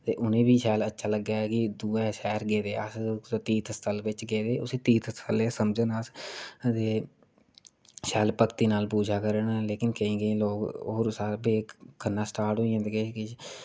ते उनेंगी बी अच्चा लग्गै कि दुऐ सैह्र गेदे अस तीर्थ स्थल बिच्च गेदे उसी तीर्थ स्थल समझन ते शैल भगती नाल पूजा करन केईं केईं लोग करना स्टार्ट होई जंदे किश किश